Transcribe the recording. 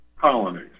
colonies